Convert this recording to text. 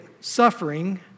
suffering